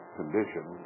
condition